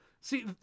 See